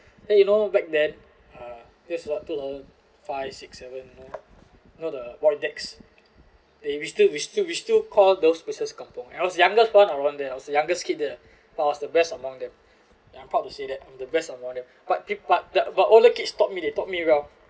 and you know back then uh that's about two thousand five six seven no you know the void decks they we still we still we still call those places kampung and I was youngest one around there I was the youngest kid there I was the best among them and I'm proud to say that I'm the best among them but pe~ but there but all the kids taught me they taught me well